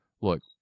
look